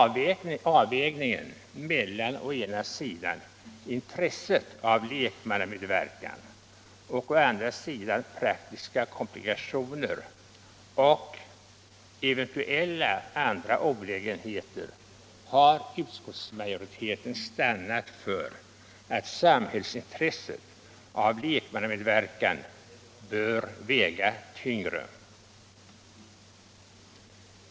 Vid avvägningen mellan å ena sidan intresset av lekmannamedverkan och å andra sidan praktiska komplikationer och eventuella andra olägenheter har utskottsmajoriteten stannat för att samhällsintresset av lekmannamedverkan bör väga tyngre.